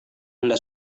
anda